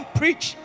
preach